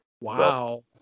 Wow